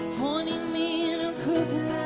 pointing me